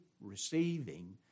receiving